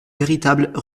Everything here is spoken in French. véritable